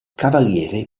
cavalieri